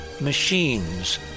machines